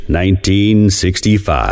1965